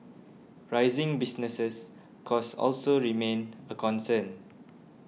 rising business costs also remain a concern